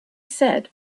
said